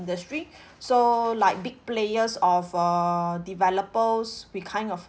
industry so like big players of err developers we kind of